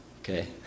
Okay